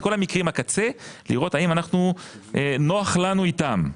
כל מקרי הקצה ולראות האם נוח לנו איתם.